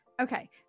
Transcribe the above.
Okay